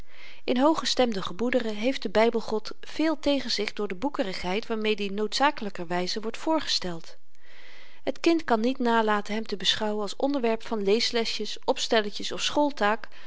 in hooggestemde gemoederen heeft de bybelgod veel tegen zich door de boekerigheid waarmed i noodzakelykerwyze wordt voorgesteld het kind kan niet nalaten hem te beschouwen als onderwerp van leeslesjes opstelletjes of schooltaak om